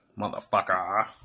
motherfucker